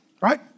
right